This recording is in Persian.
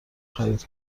خرید